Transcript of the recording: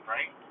Right